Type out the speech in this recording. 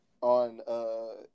on